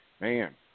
Man